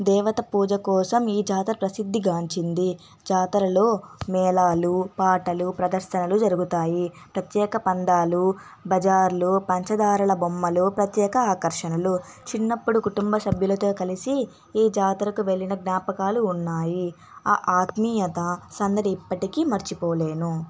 దేవత పూజ కోసం ఈ జాతర ప్రసిద్ధిగాంచింది జాతరలో మేళాలు పాటలు ప్రదర్శనలు జరుగుతాయి ప్రత్యేక పందాలు బజార్లు పంచదారల బొమ్మలు ప్రత్యేక ఆకర్షణలు చిన్నప్పుడు కుటుంబ సభ్యులతో కలిసి ఈ జాతరకు వెళ్ళిన జ్ఞాపకాలు ఉన్నాయి ఆ ఆత్మీయత సందడి ఇప్పటికీ మర్చిపోలేను